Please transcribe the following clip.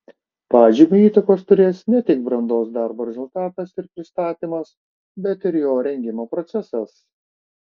pažymiui įtakos turės ne tik brandos darbo rezultatas ir pristatymas bet ir jo rengimo procesas